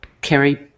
carry